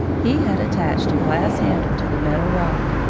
he had attached a glass handle to the metal rod,